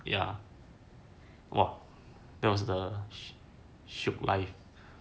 ya !whoa! that was the shiok life